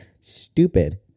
Stupid